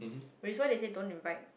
which is why they say don't invite